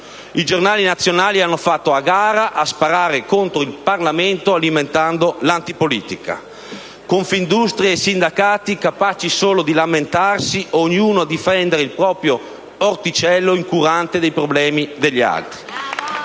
I giornali nazionali hanno fatto a gara nello sparare contro il Parlamento, alimentando l'antipolitica. Confindustria e sindacati sono stati capaci solo di lamentarsi, ognuno impegnato a difendere il proprio orticello, incurante dei problemi degli altri.